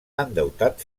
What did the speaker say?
endeutat